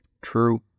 True